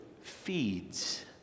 feeds